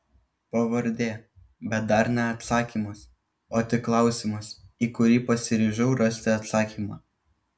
pavardė bet dar ne atsakymas o tik klausimas į kurį pasiryžau rasti atsakymą